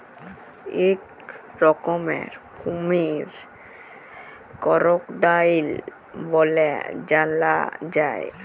ইক রকমের কুমহির করকোডাইল ব্যলে জালা যায়